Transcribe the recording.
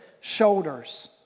shoulders